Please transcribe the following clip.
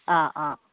অ' অ'